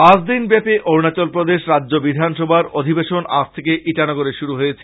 পাঁচদিনব্যাপী অরুণাচল প্রদেশ রাজ্য বিধানসভার অধিবেশন আজ থেকে ইটানগরে শুরু হয়েছে